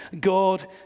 God